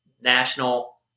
national